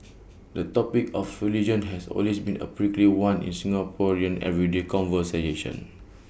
the topic of religion has always been A prickly one in Singaporean everyday conversation